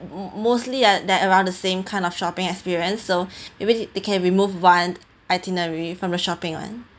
mo~ mo~ mostly at that around the same kind of shopping experience so maybe they can remove one itinerary from the shopping one